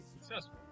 Successful